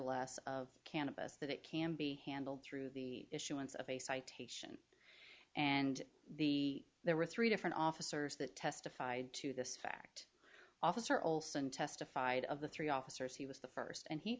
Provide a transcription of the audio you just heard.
less of cannabis that it can be handled through the issuance of a citation and the there were three different officers that testified to this fact officer olson testified of the three officers he was the first and h